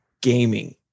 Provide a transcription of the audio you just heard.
gaming